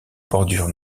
bordure